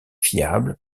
fiable